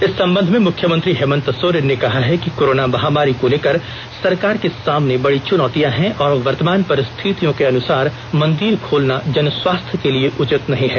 इस संबंध में मुख्यमंत्री हेमन्त सोरेन ने कहा है कि कोरोना महामारी को लेकर सरकार के सामने बड़ी चुनौतियां हैं और वर्तमान परिस्थितियों के अनुसार मंदिर खोलना जनस्वास्थ्य के लिए उचित नहीं है